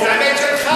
זו האמת שלך.